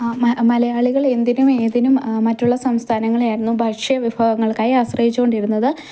മലയാളികൾ എന്തിനും ഏതിനും മറ്റുള്ള സംസ്ഥാനങ്ങളെയായിരുന്നു ഭക്ഷ്യവിഭവവങ്ങൾക്കായി ആശ്രയിച്ചുകൊണ്ടിരുന്നത്